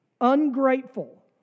ungrateful